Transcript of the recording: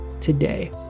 today